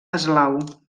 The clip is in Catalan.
eslau